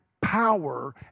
power